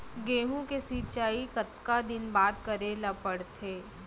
गेहूँ के सिंचाई कतका दिन बाद करे ला पड़थे?